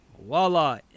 voila